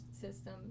system